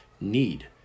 need